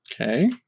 Okay